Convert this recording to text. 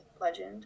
legend